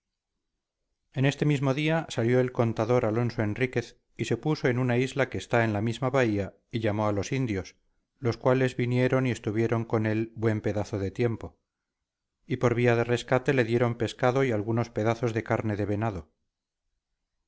en este mismo día salió el contador alonso enríquez y se puso en una isla que está en la misma bahía y llamó a los indios los cuales vinieron y estuvieron con él buen pedazo de tiempo y por vía de rescate le dieron pescado y algunos pedazos de carne de venado